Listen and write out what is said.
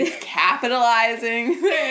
capitalizing